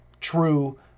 true